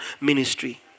ministry